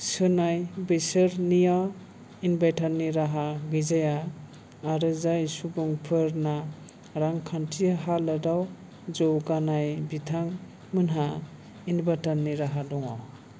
सोनाय बिसोरनिया इनभाटारनि राहा गैजाया आरो जाय सुबुंफोरना रांखान्थि हालोदाव जौगानाय बिथांमोनहा इनभाटारनि राहा दङ